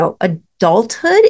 adulthood